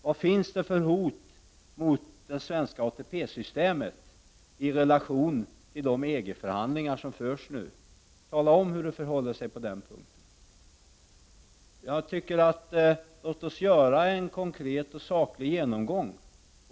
Vad finns det för hot mot det svenska ATP-systemet i relation till de EG-förhandlingar som nu förs? Tala om hur det förhåller sig på den punkten! Låt oss göra en konkret och saklig genomgång!